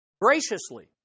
Graciously